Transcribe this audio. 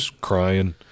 crying